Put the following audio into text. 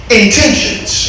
intentions